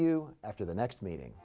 you after the next meeting